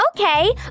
okay